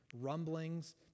rumblings